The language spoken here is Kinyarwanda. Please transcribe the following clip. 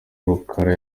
rukara